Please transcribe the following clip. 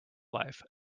life